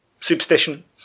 superstition